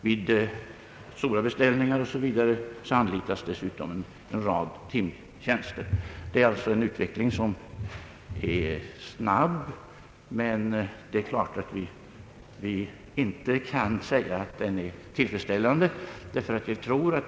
Vid stora beställningar anlitas dessutom tillfällig personal. Det är alltså en utveckling, som är snabb, men det är klart att man kan säga att inte ens den är tillfredsställande.